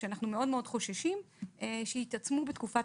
שאנחנו מאוד חוששים שיתעצמו בתקופת